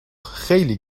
خیلی